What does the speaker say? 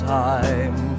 time